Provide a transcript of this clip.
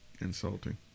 Insulting